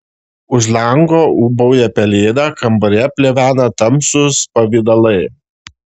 už lango ūbauja pelėda kambaryje plevena tamsūs pavidalai